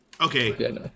Okay